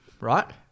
right